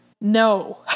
no